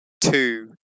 two